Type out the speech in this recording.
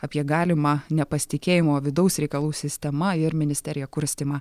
apie galimą nepasitikėjimo vidaus reikalų sistema ir ministerija kurstymą